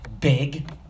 big